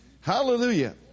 Hallelujah